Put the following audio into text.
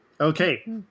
okay